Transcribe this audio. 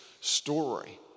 story